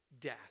death